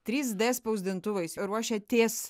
trys d spausdintuvais ruošiatės